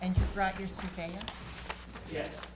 and yes